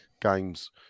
games